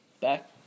back